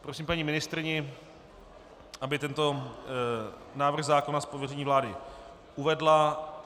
Prosím paní ministryni, aby tento návrh zákona z pověření vlády uvedla.